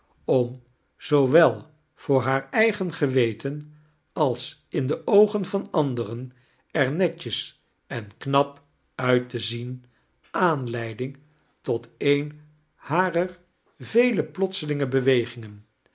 om zoowel voor haar eigen geweten als in de oogen van anderen er netjes en knap uit te zien aamleiding tot een harer vele plotselinge bewegingen